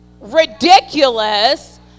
ridiculous